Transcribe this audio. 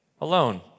alone